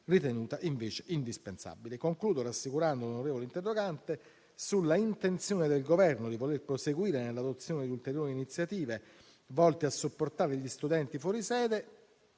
ritenuta invece indispensabile. Concludo rassicurando l'onorevole interrogante sulla intenzione del Governo di voler proseguire nell'adozione di ulteriori iniziative volte a supportare gli studenti fuori sede,